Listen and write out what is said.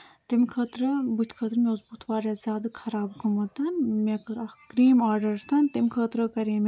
تَمہِ خٲطرٕ بٕتھہِ خٲطرٕ مےٚ اوس بُتھ واریاہ زیادٕ خراب گوٚمُت مےٚ کٔر اکھ کرٛیٖم آرڈر تَمہِ خٲطرٕ کَرے مےٚ